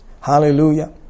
Hallelujah